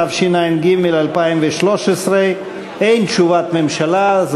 תשע"ג 2013. אין תשובת ממשלה.